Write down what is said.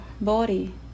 body